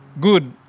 good